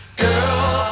girl